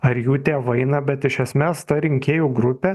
ar jų tėvai na bet iš esmės ta rinkėjų grupė